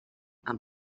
amb